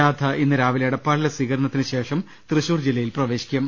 ജാഥ ഇന്ന് രാവിലെ എടപ്പാളിലെ സ്വീക രണത്തിനുശേഷം തൃശൂർ ജില്ലയിൽ പ്രവേശിക്കും